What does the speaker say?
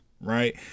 Right